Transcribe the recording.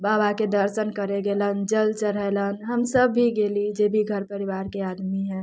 बाबाके दर्शन करै गेलनि जल चढ़ैलनि हम सभ भी गेली जे भी घर परिवारके आदमी है